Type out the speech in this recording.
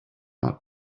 not